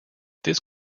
this